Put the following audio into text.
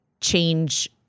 change